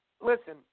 Listen